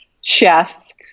chefs